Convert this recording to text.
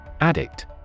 Addict